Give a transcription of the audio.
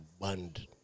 banned